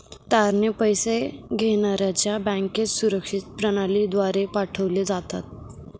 तारणे पैसे घेण्याऱ्याच्या बँकेत सुरक्षित प्रणालीद्वारे पाठवले जातात